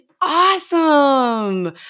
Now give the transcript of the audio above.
Awesome